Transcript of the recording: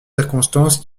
circonstance